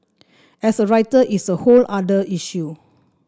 as a writer it's a whole other issue